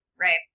right